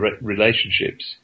relationships